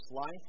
life